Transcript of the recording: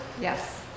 Yes